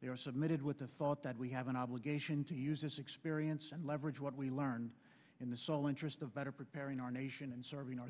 they were submitted with the thought that we have an obligation to use this experience and leverage what we learned in the sole interest of better preparing our nation and serving our